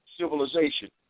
civilization